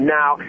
now